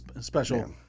Special